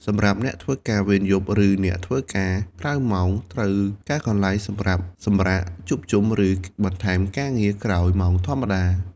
សម្រាប់អ្នកធ្វើការវេនយប់ ឬ អ្នកធ្វើការក្រៅម៉ោងត្រូវការកន្លែងសម្រាប់សម្រាក ជួបជុំ ឬបន្ថែមការងារក្រោយម៉ោងធម្មតា។